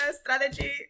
strategy